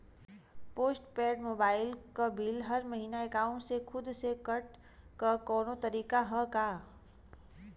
Post paid mobile क bill हर महिना एकाउंट से खुद से कटे क कौनो तरीका ह का?